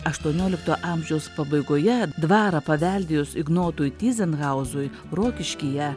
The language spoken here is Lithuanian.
aštuoniolikto amžiaus pabaigoje dvarą paveldėjus ignotui tyzenhauzui rokiškyje